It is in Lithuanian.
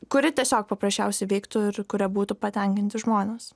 kuri tiesiog paprasčiausiai veiktų ir kuria būtų patenkinti žmonės